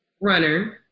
runner